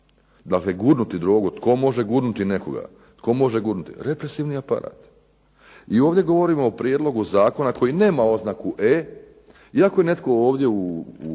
Dakle, gurnuti drogu. Tko može gurnuti nekoga? Represivni aparat. I ovdje govorimo o prijedlogu zakona koji nema oznaku E iako je netko ovdje u